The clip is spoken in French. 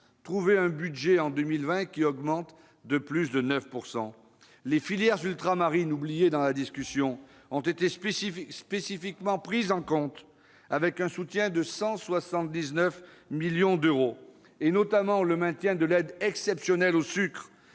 Trouvez un autre budget qui augmente en 2020 de plus de 9 %! Les filières ultramarines, oubliées dans la discussion, ont été spécifiquement prises en compte, avec un soutien de 179 millions d'euros. Je pense, notamment, au maintien de l'aide exceptionnelle au sucre,